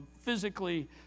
physically